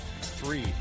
Three